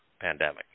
pandemic